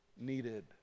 needed